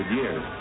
years